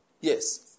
Yes